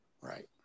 Right